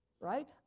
right